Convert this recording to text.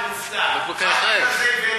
רק בגלל זה הבאתי,